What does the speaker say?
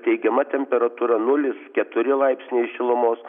teigiama temperatūra nulis keturi laipsniai šilumos